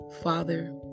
Father